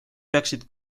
peaksid